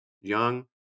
Young